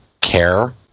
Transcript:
care